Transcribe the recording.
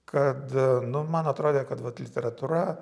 kad nu man atrodė kad vat literatūra